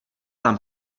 tam